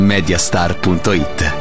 Mediastar.it